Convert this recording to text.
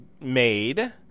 made